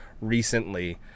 recently